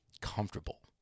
comfortable